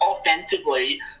offensively